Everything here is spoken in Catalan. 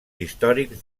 històrics